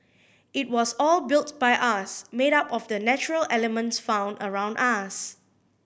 it was all built by us made up of the natural elements found around us